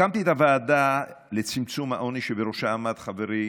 הקמתי את הוועדה לצמצום העוני שבראשה עמד חברי